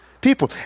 people